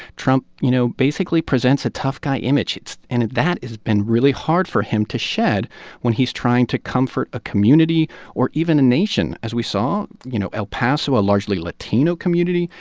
trump, you know, basically presents a tough guy image, and that has been really hard for him to shed when he's trying to comfort a community or even a nation. as we saw, you know, el paso, a largely latino community,